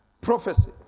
Prophecy